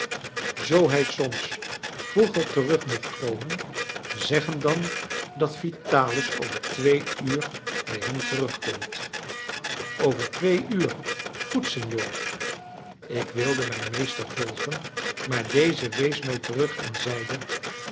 zoo hij soms vroeger terug mocht komen zeg hem dan dat vitalis over twee uur bij hem terugkomt over twee uur goed signor ik wilde mijn meester volgen maar deze wees mij terug en zeide